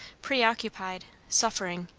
preoccupied, suffering,